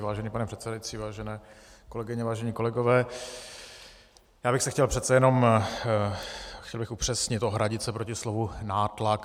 Vážený pane předsedající, vážené kolegyně, vážení kolegové, já bych se chtěl přece jenom upřesnit, ohradit se proti slovu nátlak.